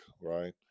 Right